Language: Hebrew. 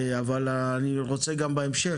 אני רוצה גם בהמשך,